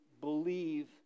believe